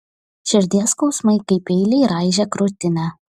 širdies skausmai kaip peiliai raižė krūtinę